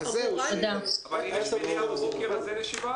הישיבה